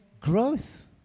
growth